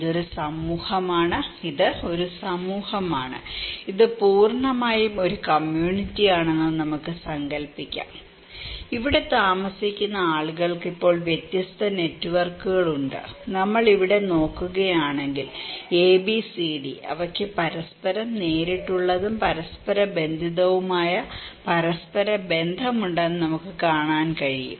ഇതൊരു സമൂഹമാണ് ഇത് ഒരു സമൂഹമാണ് ഇത് പൂർണ്ണമായും ഒരു കമ്മ്യൂണിറ്റിയാണെന്ന് നമുക്ക് സങ്കൽപ്പിക്കാം ഇവിടെ താമസിക്കുന്ന ആളുകൾക്ക് ഇപ്പോൾ വ്യത്യസ്ത നെറ്റ്വർക്കുകൾ ഉണ്ട് നമ്മൾ ഇവിടെ നോക്കുകയാണെങ്കിൽ ABCD അവയ്ക്ക് പരസ്പരം നേരിട്ടുള്ളതും പരസ്പരബന്ധിതവുമായ പരസ്പര ബന്ധമുണ്ടെന്ന് നമുക്ക് കാണാൻ കഴിയും